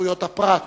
לזכויות הפרט,